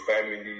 family